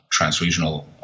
transregional